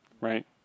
Right